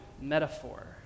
metaphor